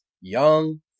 young